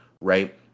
right